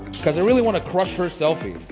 because i really want to crush her selfie.